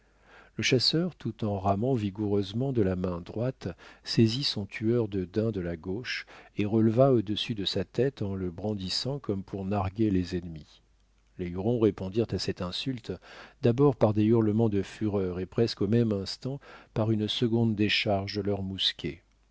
le chasseur tout en ramant vigoureusement de la main droite saisit son tueur de daims de la gauche et releva au-dessus de sa tête en le brandissant comme pour narguer les ennemis les hurons répondirent à cette insulte d'abord par des hurlements de fureur et presque au même instant par une seconde décharge de leurs mousquets